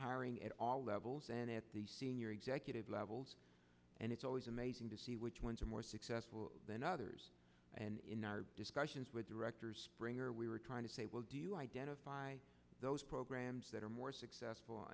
hiring at all levels and at the senior executive levels and it's always amazing to see which ones are more successful than others and in our discussions with directors springer we were trying to say well do you identify those programs that are more successful